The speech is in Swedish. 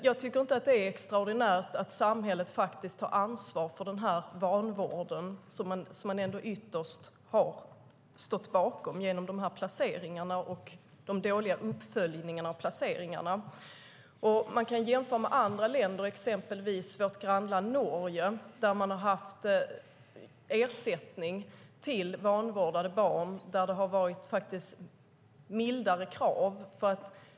Det är inte extraordinärt att samhället faktiskt tar ansvar för vanvården, som man ändå ytterst har stått bakom genom dessa placeringar och den dåliga uppföljningen av placeringarna. Vi kan jämföra med andra länder, exempelvis vårt grannland Norge. Där har ersättning getts till vanvårdade barn. Kraven har varit mildare.